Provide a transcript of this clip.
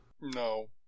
No